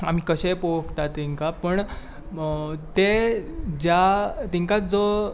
आमी कशेंय पळोवं येता तांकां पूण ते ज्या तेंकां जो